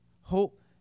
Hope